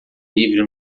livre